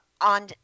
on